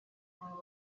umuntu